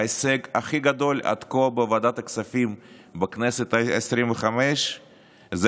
ההישג הכי גדול עד כה בוועדת הכספים בכנסת העשרים-וחמש זה